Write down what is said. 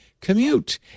commute